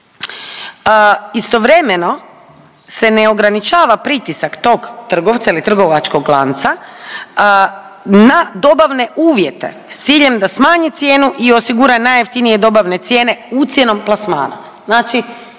istovremeno se ne ograničava pritisak tog trgovca ili trgovačkog lanca na dobavne uvjete s ciljem da smanji cijenu i osigura najjeftinije dobavne cijene ucjenom plasmana. Znači